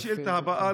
השאילתה הבאה,